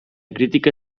crítica